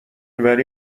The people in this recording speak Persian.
وری